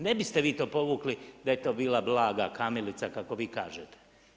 Ne biste vi to povukli da je to bila blaga kamilica kako vi kažete.